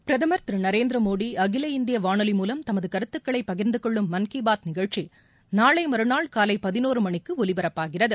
பிரதமர் திருநரேந்திரமோடிஅகில இந்தியவானொலி மூலம் தமதுகருத்துக்களைபகிர்ந்தகொள்ளும் மான் கிபாத் நிகழ்ச்சி நாளைமறுநாள் காலைதினோருமணிக்குஒலிபரப்பாகிறது